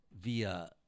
via